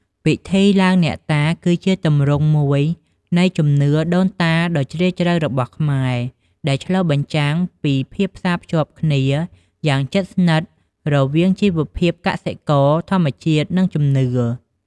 ពិធីបុណ្យឡើងអ្នកតា គឺជាទម្រង់មួយនៃជំនឿដូនតាដ៏ជ្រាលជ្រៅរបស់ខ្មែរ ដែលឆ្លុះបញ្ចាំងពីភាពផ្សារភ្ជាប់គ្នាយ៉ាងជិតស្និទ្ធរវាងជីវភាពកសិករ ធម្មជាតិ និងជំនឿ។